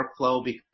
workflow